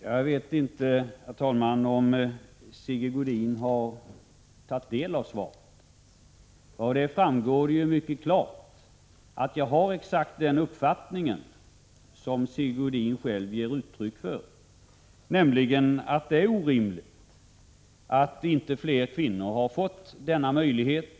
Herr talman! Jag vet inte om Sigge Godin har tagit del av svaret. Där framgår mycket klart att jag har exakt den uppfattning som Sigge Godin själv hindra diskriminering av kvinnor inom travsporten ger uttryck för, nämligen att det är orimligt att inte fler kvinnor har fått denna möjlighet.